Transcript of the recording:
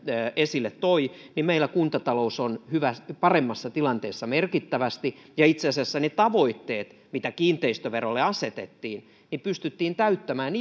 esille toi niin meillä kuntatalous on merkittävästi paremmassa tilanteessa ja itse asiassa ne tavoitteet mitä kiinteistöverolle asetettiin pystyttiin täyttämään